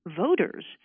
voters